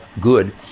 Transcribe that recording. good